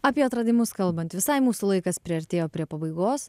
apie atradimus kalbant visai mūsų laikas priartėjo prie pabaigos